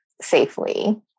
safely